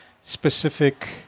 specific